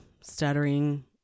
stuttering